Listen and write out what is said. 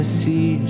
see